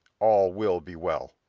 all will be well.